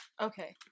Okay